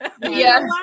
Yes